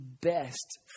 best